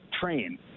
TRAIN